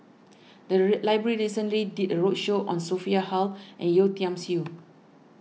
the library recently did a roadshow on Sophia Hull and Yeo Tiam Siew